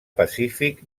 pacífic